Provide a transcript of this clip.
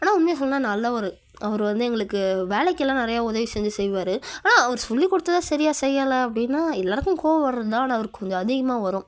ஆனால் உண்மையை சொல்லணும்னா நல்லவர் அவர் வந்து எங்களுக்கு வேலைக்கெலாம் நிறைய உதவி செஞ்சு செய்வார் ஆனால் அவர் சொல்லி கொடுத்தத சரியாக செய்யலை அப்படின்னா எல்லாேருக்கும் கோபம் வர தான் ஆனால் அவருக்கு கொஞ்சம் அதிகமாக வரும்